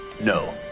No